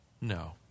No